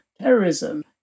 terrorism